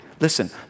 Listen